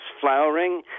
flowering